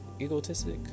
Egotistic